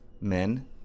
men